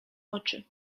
oczy